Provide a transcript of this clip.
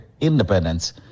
independence